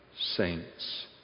saints